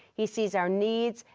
he sees our needs,